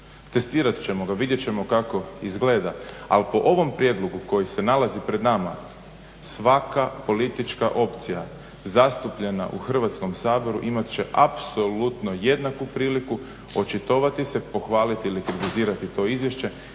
Testirat ćemo ga, vidjet ćemo kako izgleda. Ali po ovom prijedlogu koji se nalazi pred nama svaka politička opcija zastupljena u Hrvatskom saboru imat će apsolutno jednaku priliku očitovati se, pohvaliti ili kritizirati to izvješće